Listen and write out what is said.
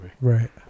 Right